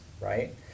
right